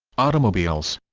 automobiles